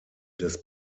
des